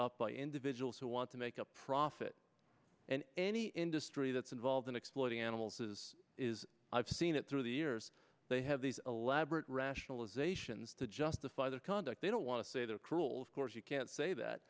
up by individuals who want to make a profit and any industry that's involved in exploiting animals is is i've seen it through the years they have these elaborate rationalizations to justify their conduct they don't want to say they're cruel of course you can't say that